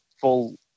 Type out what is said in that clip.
full